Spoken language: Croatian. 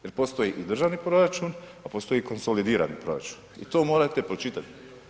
Jer postoji i državni proračun, a postoji i konsolidirani proračun i to morate pročitati.